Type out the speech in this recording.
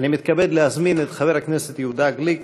אני מתכבד להזמין את חבר הכנסת יהודה גליק,